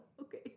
Okay